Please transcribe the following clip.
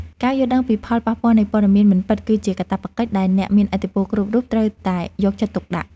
ការយល់ដឹងពីផលប៉ះពាល់នៃព័ត៌មានមិនពិតគឺជាកាតព្វកិច្ចដែលអ្នកមានឥទ្ធិពលគ្រប់រូបត្រូវតែយកចិត្តទុកដាក់។